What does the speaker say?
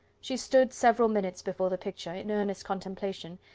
she stood several minutes before the picture, in earnest contemplation,